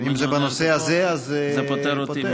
אם זה בנושא הזה, אז כן.